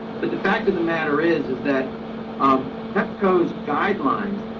but the fact of the matter is, is that um petco's guidelines